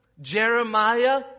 Jeremiah